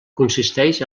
consisteix